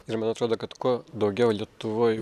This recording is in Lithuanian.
ir man atrodo kad kuo daugiau lietuvoj